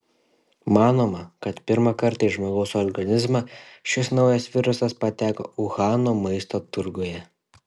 manoma kad pirmą kartą į žmogaus organizmą šis naujas virusas pateko uhano maisto turguje